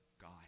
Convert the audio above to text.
God